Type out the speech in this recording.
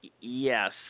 Yes